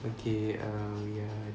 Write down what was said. okay err ya